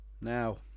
Now